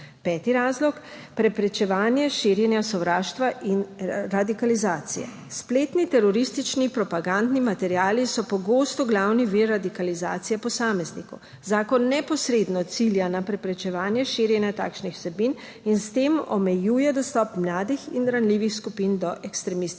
Peti razlog, preprečevanje širjenja sovraštva in radikalizacije. Spletni teroristični propagandni materiali so pogosto glavni vir radikalizacije posameznikov. Zakon neposredno cilja na preprečevanje širjenja takšnih vsebin in s tem omejuje dostop mladih in ranljivih skupin do ekstremističnih